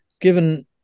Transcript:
given